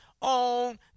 on